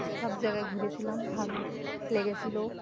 সব জায়গায় ঘুরেছিলাম ভালো লেগেছিল